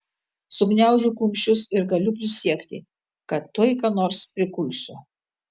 sugniaužiu kumščius ir galiu prisiekti kad tuoj ką nors prikulsiu